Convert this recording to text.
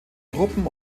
truppen